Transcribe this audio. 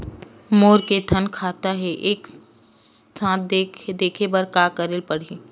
मोर के थन खाता हे एक साथ देखे बार का करेला पढ़ही?